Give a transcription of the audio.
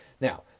Now